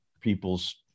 people's